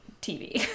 TV